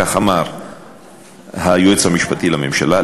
כך אמר היועץ המשפטי לממשלה.